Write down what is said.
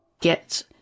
get